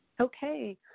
Okay